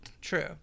True